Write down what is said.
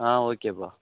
ஆ ஓகேப்பா